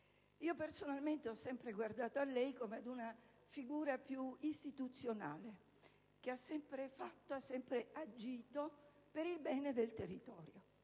Personalmente, ho sempre guardato a lei come ad una figura più istituzionale, che ha sempre agito per il bene del territorio.